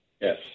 Yes